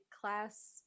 class